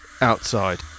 Outside